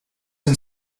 and